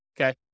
Okay